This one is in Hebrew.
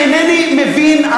אינני מבין,